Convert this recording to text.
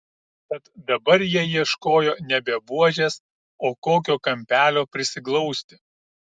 tad dabar jie ieškojo nebe buožės o kokio kampelio prisiglausti